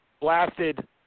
blasted